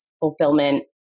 fulfillment